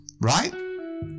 right